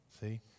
See